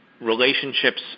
relationships